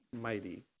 mighty